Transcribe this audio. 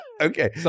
Okay